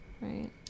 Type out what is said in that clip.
Right